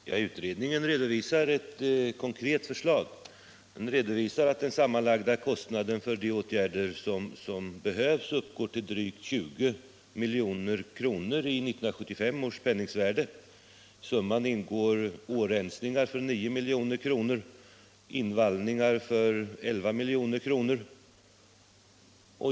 Herr talman! Utredningen framlägger ett konkret förslag. Den redovisar att de sammanlagda kostnaderna för de åtgärder som behövs uppgår till drygt 20 milj.kr. i 1975 års penningvärde. I summan ingår årensningar för 9 milj.kr. och invallningar för 11 milj.kr.